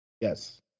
Yes